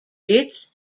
its